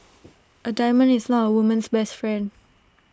A diamond is not A woman's best friend